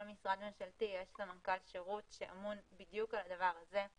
משרד ממשלתי יש סמנכ"ל שירות שאמון בדיוק על הדבר הזה.